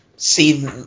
See